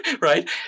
right